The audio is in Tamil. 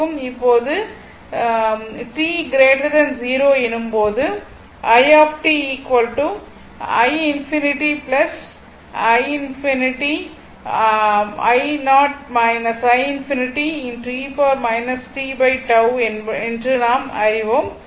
இப்போது t 0 எனும் போது என்று நாம் அறிவோம்